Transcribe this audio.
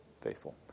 faithful